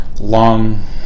long